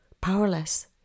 powerless